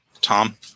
Tom